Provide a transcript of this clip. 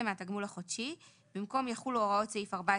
מהתגמול החודשי" במקום "יחולו הוראות סעיף 14(ב)